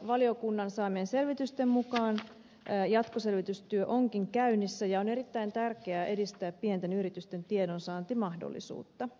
valiokunnan saamien selvitysten mukaan jatkoselvitystyö onkin käynnissä ja on erittäin tärkeää edistää pienten yritysten tiedonsaantimahdollisuutta